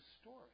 story